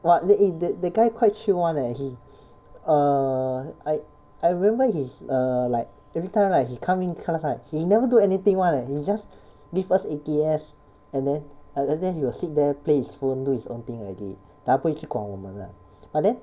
!wah! eh eh that that guy quite chill [one] leh he err I I remember he's err like everytime right he come in class right he never do anything [one] leh he just give us A_T_S and then like after that he will sit there play his phone do his own thing already 他不会去管我们的 but then